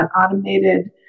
automated